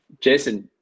Jason